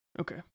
Okay